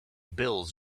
bills